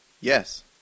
Yes